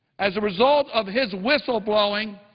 as a result of his whistle-blowing,